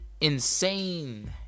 insane